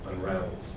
unravels